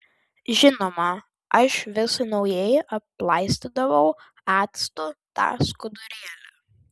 žinoma aš vis naujai aplaistydavau actu tą skudurėlį